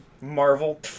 Marvel